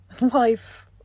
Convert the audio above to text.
life